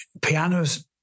Pianos